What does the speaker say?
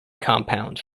compounds